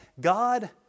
God